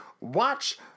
watch